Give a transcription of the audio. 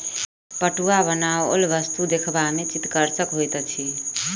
पटुआक बनाओल वस्तु देखबा मे चित्तकर्षक होइत अछि